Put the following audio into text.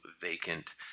vacant